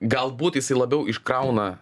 galbūt jisai labiau iškrauna